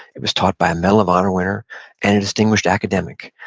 it was taught by a medal of honor winner and a distinguished academic.